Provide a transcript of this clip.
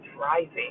rising